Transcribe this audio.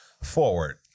forward